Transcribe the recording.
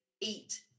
eat